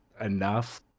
enough